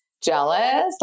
jealous